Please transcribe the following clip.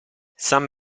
san